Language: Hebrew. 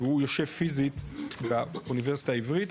והוא יושב פיזית באוניברסיטה העברית,